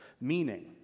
meaning